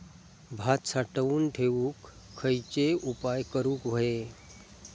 भात साठवून ठेवूक खयचे उपाय करूक व्हये?